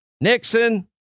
Nixon